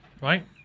right